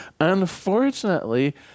Unfortunately